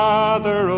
Father